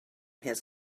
his